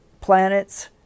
planets